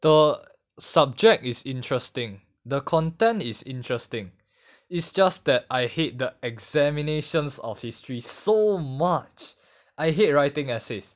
the subject is interesting the content is interesting it's just that I hate the examinations of history so much I hate writing essay